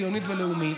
ציונית ולאומית.